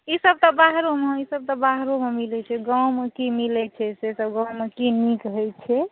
ईसभ तऽ बाहरो ई सभ तऽ बाहरो मिलए छै गाँवमे की मिलए छै से सभ गाँवमे की नीक होइ छै